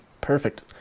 Perfect